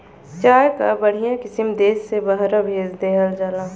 चाय कअ बढ़िया किसिम देस से बहरा भेज देहल जाला